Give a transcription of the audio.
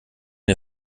den